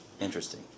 Interesting